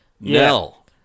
Nell